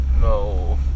No